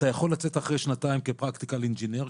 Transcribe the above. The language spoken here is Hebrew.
אתה יכול לצאת אחרי שנתיים כ-Practical Engineer,